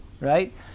right